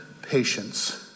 Patience